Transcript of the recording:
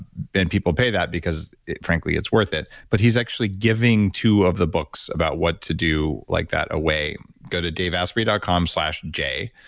then people pay that, because frankly, it's worth it. but he's actually giving two of the books about what to do like that away. go to daveasprey dot com slash jay.